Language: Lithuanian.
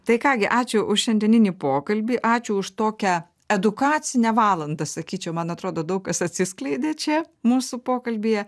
tai ką gi ačiū už šiandieninį pokalbį ačiū už tokią edukacinę valandą sakyčiau man atrodo daug kas atsiskleidė čia mūsų pokalbyje